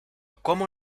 cómo